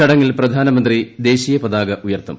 ചടങ്ങിൽ പ്രധാന മന്ത്രി ദേശീയ പതാക ഉയർത്തും